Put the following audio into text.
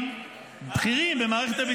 מה עשיתם?